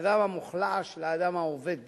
לאדם המוחלש, לאדם העובד בישראל.